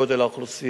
1. גודל האוכלוסייה,